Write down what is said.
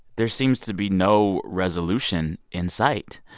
there seems to be no resolution in sight.